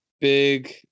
big